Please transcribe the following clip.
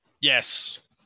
Yes